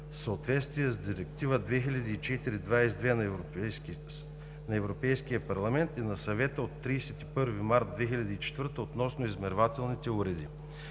в съответствие с Директива 2004/22/ЕО на Европейския парламент и на Съвета от 31 март 2004 г. относно измервателните уреди.